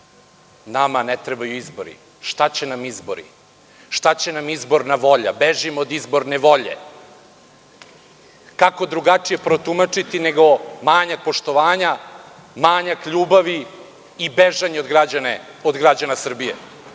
nama ne trebaju izbori, šta će nam izbori, šta će nam izborna volja, bežimo od izborne volje? Kako drugačije protumačiti nego – manjak poštovanja, manjak ljubavi i bežanje od građana Srbije.